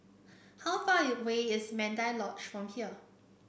how far away is Mandai Lodge from here